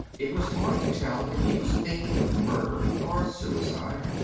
it was hard to tell if he was thinking of murder or suicide.